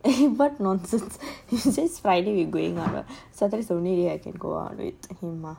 eh what nonsense you say friday we going out what saturdays sunday only I can go out with him